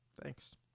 Thanks